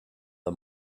the